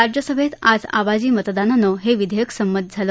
राज्यसभेत आज आवाजी मतदानानं हे विधेयक संमत झालं